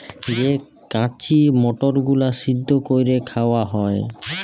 যে কঁচি মটরগুলা সিদ্ধ ক্যইরে খাউয়া হ্যয়